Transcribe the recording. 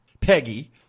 Peggy